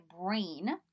brain